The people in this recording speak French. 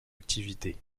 activité